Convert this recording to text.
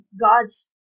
God's